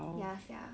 ya sia